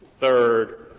third,